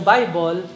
Bible